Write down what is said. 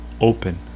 open